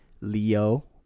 Leo